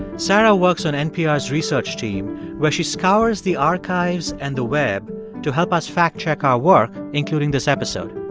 sarah works on npr's research team where she scours the archives and the web to help us fact-check our work, including this episode.